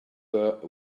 her